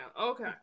Okay